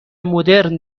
مدرن